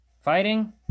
Fighting